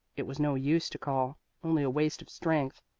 it was no use to call only a waste of strength.